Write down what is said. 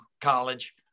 college